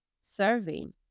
serving